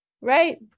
right